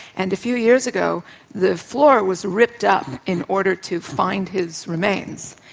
and a few years ago the floor was ripped up in order to find his remains.